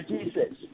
Jesus